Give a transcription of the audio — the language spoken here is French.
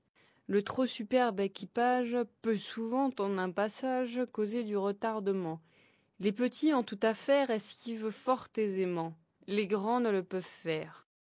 le trop superbe équipage peut souvent en un passage causer du retardement les petits en toute affaire esquivent fort aisément les grands ne le peuvent faire